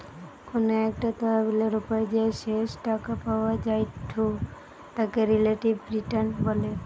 কোনো একটা তহবিলের ওপর যে শেষ টাকা পাওয়া জায়ঢু তাকে রিলেটিভ রিটার্ন বলে